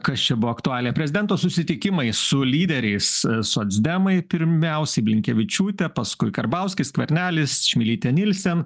kas čia buvo aktualija prezidento susitikimai su lyderiais socdemai pirmiausiai blinkevičiūtė paskui karbauskis skvernelis čmilytė nylsen